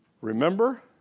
Remember